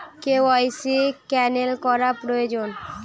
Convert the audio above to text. KYC cancel করা প্রয়োজন?